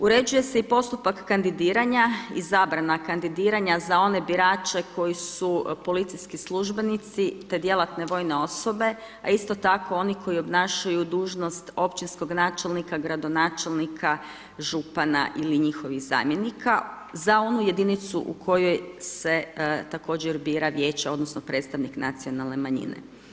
Uređuje se i postupak kandidiranja i zabrana kandidiranja i zabrana kandidiranja za one birače koji su policijski službenici te djelatne vojne osobe a isto tako oni koji obnašaju dužnost općinskog načelnika, gradonačelnika, župana ili njihovih zamjenika za onu jedinicu u kojoj se također bira vijeće odnosno predstavnik nacionalne manjine.